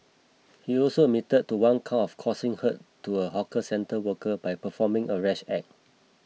he also admitted to one count of causing hurt to a hawker centre worker by performing a rash act